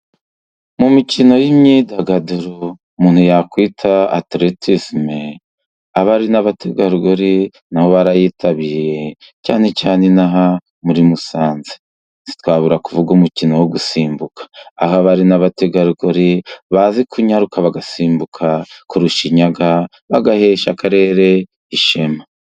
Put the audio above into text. Mu mikino y'imyidagaduro umuntu yakwita Ateretizime, abari n'abategarugori na bo barayitabiriye cyane cyane ino aha muri Musanze. Ntitwabura kuvuga umukino wo gusimbuka. Aho abari n'abategarugori bazi kunyaruka bagasimbuka kurusha inyaga, bagahesha akarere ishema.